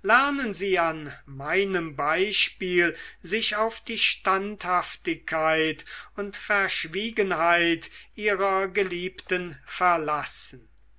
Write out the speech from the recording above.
lernen sie an meinem beispiel sich auf die standhaftigkeit und verschwiegenheit ihrer geliebten verlassen